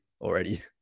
already